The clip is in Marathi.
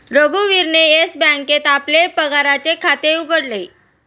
रघुवीरने येस बँकेत आपले पगाराचे खाते उघडले